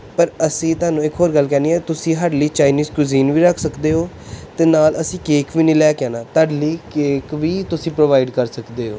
ਪਰ ਅਸੀਂ ਤੁਹਾਨੂੰ ਇੱਕ ਹੋਰ ਗੱਲ ਕਰਨੀ ਆ ਤੁਸੀਂ ਸਾਡੇ ਲਈ ਚਾਈਨੀਜ਼ ਕਿਊਜ਼ੀਨ ਵੀ ਰੱਖ ਸਕਦੇ ਹੋ ਅਤੇ ਨਾਲ ਅਸੀਂ ਕੇਕ ਵੀ ਨਹੀਂ ਲੈ ਕੇ ਆਉਣਾ ਤੁਹਾਡੇ ਲਈ ਕੇਕ ਵੀ ਤੁਸੀਂ ਪ੍ਰੋਵਾਈਡ ਕਰ ਸਕਦੇ ਹੋ